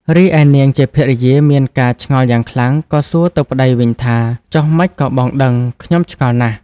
រីឯនាងជាភរិយាមានការឆ្ងល់យ៉ាងខ្លាំង ក៏សួរទៅប្ដីវិញថា ចុះម៉េចក៏បងដឹង ខ្ញុំឆ្ងល់ណាស់។